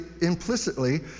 implicitly